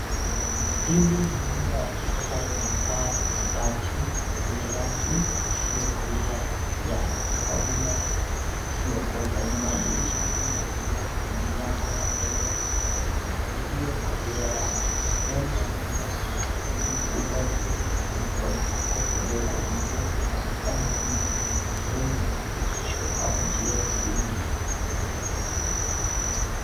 Hili ni nyumba ya kisasa yenye paa la mabati yenye rangi isiyokolea ya kawia isiyokoza, inabadilisha mengi ya vioo na milango ya mbele iliyokolea rangi. Mbele ya nyumba kuna eneo kubwa lililofunikwa na kokoto ndogo, ambayo inaonekana kama sehemu ya maegesho au njia ya kuingia.